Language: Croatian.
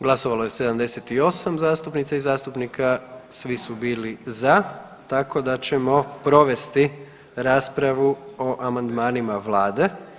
Glasovalo je 78 zastupnica i zastupnika svi su bili za tako da ćemo provesti raspravu o amandmanima Vlade.